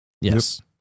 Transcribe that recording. Yes